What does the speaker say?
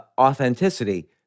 authenticity